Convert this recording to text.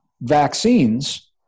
Vaccines